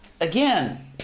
again